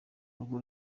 urwo